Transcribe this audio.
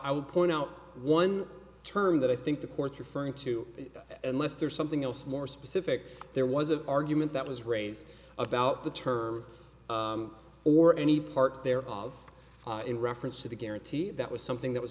i would point out one term that i think the court's referring to unless there's something else more specific there was an argument that was raised about the term or any part there of in reference to the guarantee that was something that was